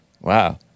Wow